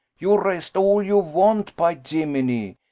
you rest all you want, py yiminy!